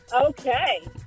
Okay